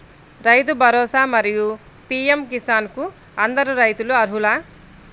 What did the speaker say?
రైతు భరోసా, మరియు పీ.ఎం కిసాన్ కు అందరు రైతులు అర్హులా?